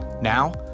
Now